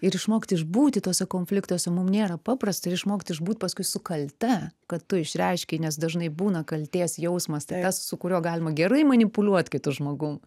ir išmokti išbūti tuose konfliktuose mum nėra paprasta ir išmokt išbūt paskui su kalte ką tu išreiškei nes dažnai būna kaltės jausmas tai tas su kuriuo galima gerai manipuliuot kitu žmogum